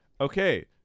Okay